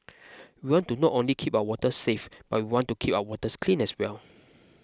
we want to not only keep our waters safe but we want to keep our waters clean as well